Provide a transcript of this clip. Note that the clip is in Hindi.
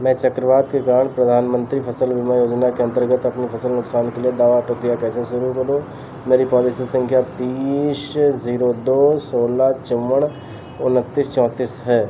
मैं चक्रवात के कारण प्रधानमंत्री फसल बीमा योजना के अंतर्गत अपनी फसल नुक़सान के लिए दावा प्रक्रिया कैसे शुरू करूँ मेरी पॉलिसी संख्या तीस जीरो दो सोलह चौवन उनतीस चौंतीस है